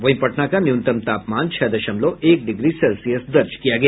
वहीं पटना का न्यूनतमत तापमान छह दशमलव एक डिग्री सेल्सियस दर्ज किया गया